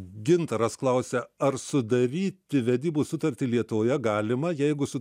gintaras klausia ar sudaryti vedybų sutartį lietuvoje galima jeigu su